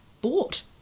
bought